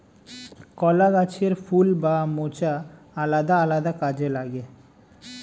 কলা গাছের ফুল বা মোচা আলাদা আলাদা কাজে লাগে